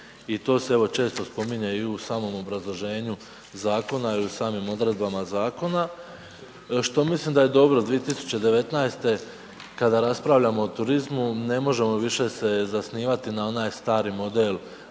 i to se evo često spominje i u samom obrazloženju zakona i u samim odredbama zakona što mislim da je dobro. 2019. kada raspravljamo o turizmu ne možemo više se zasnivati na onaj stari model